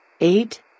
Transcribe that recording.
Eight